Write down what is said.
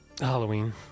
Halloween